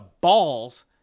balls